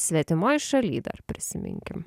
svetimoj šaly dar prisiminkim